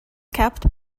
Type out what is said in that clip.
capped